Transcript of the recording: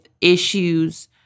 issues